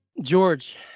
george